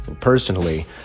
Personally